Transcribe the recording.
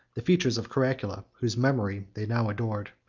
the features of caracalla, whose memory they now adored.